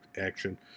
action